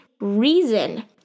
reason